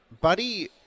Buddy